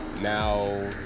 now